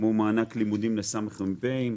כמו מענק לימודים לס' מ"פ.